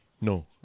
No